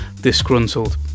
disgruntled